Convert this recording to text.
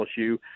LSU